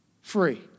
free